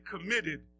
committed